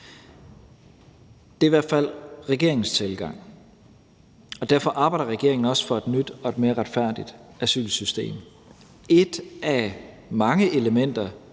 Det er i hvert fald regeringens tilgang. Derfor arbejder regeringen også for et nyt og mere retfærdigt asylsystem. Et af mange elementer